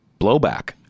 blowback